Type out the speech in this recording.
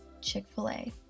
Chick-fil-A